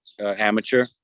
amateur